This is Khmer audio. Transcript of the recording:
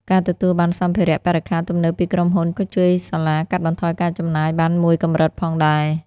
ការទទួលបានសម្ភារៈបរិក្ខារទំនើបពីក្រុមហ៊ុនក៏ជួយសាលាកាត់បន្ថយការចំណាយបានមួយកម្រិតផងដែរ។